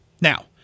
Now